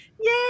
yay